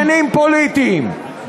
לעניינים פוליטיים.